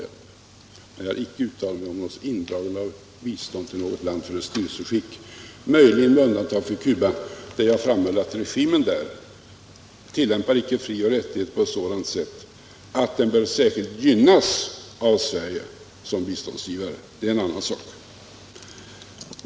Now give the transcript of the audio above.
Men jag har icke uttalat mig om indragning av bistånd till något land på grund av dess styrelseskick — möjligen med undantag för Cuba, där jag framhöll att dess regim icke tillämpar principen om fri och rättigheter på ett sådant sätt att landet bör gynnas av Sverige som biståndsgivare. Det är en annan sak.